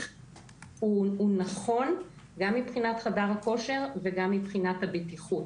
הוא נכון גם מבחינת חדר הכושר וגם מבחינת הבטיחות.